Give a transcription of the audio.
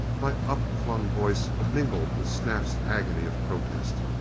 my upflung voice mingled with snap's agony of protest.